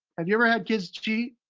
have you ever had kids cheat?